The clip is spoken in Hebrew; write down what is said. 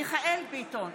מיכאל מרדכי ביטון,